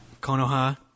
Konoha